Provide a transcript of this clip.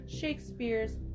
Shakespeare's